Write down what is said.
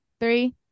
Three